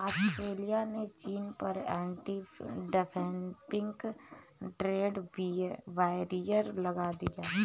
Australia ने चीन पर एंटी डंपिंग ट्रेड बैरियर लगा दिया